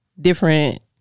Different